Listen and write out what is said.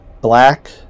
black